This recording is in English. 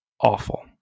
Awful